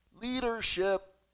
Leadership